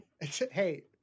Hey